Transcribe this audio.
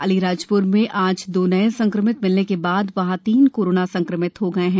अलीराजप्र में आज दो नए संक्रमित मिलने के बाद वहां तीन कोरोना संक्रमित हो गए हैं